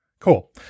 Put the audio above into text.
Cool